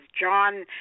John